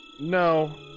No